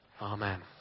Amen